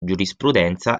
giurisprudenza